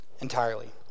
entirely